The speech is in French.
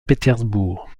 pétersbourg